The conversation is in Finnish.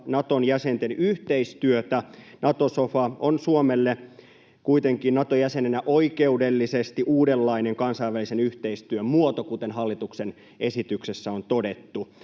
Naton jäsenten yhteistyötä, Nato-sofa on Suomelle kuitenkin Nato-jäsenenä oikeudellisesti uudenlainen kansainvälisen yhteistyön muoto, kuten hallituksen esityksessä on todettu.